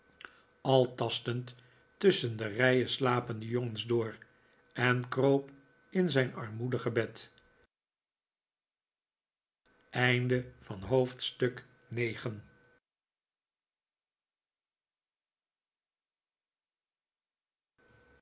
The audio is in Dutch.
al tastend tusschen de rijen slapende jongens door en kroop in zijn armoedige bed